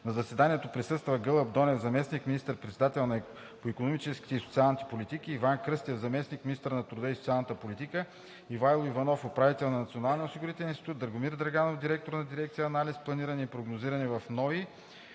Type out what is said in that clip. На заседанието присъстваха: Гълъб Донев, заместник министър-председател по икономическите и социалните политики; Иван Кръстев, заместник-министър на труда и социалната политика; Ивайло Иванов, управител на Националния осигурителен институт; Драгомир Драганов, директор на дирекция „Анализ, планиране и прогнозиране“ в НОИ;